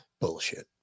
bullshit